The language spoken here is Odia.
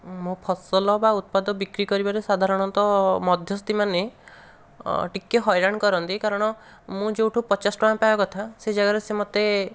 ମୋ ଫସଲ ବା ଉତ୍ପାଦ ବିକ୍ରି କରିବାରେ ସାଧାରଣତଃ ମଧ୍ୟସ୍ତିମାନେ ଟିକିଏ ହଇରାଣ କରନ୍ତି କାରଣ ମୁଁ ଯେଉଁଠୁ ପଚାଶ ଟଙ୍କା ପାଇବା କଥା ସେ ଜାଗାରେ ସେ ମୋତେ